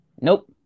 Nope